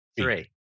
three